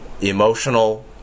emotional